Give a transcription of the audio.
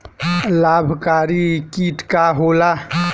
लाभकारी कीट का होला?